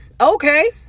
Okay